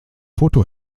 foto